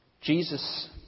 Jesus